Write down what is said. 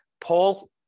Paul